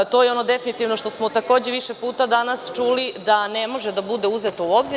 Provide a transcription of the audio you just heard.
To je ono definitivno što smo takođe više puta danas čuli da ne može da bude uzeto u obzir.